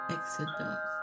Exodus